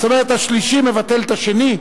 זאת אומרת, השלישי מבטל את השני?